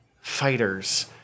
fighters